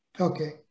Okay